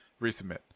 Resubmit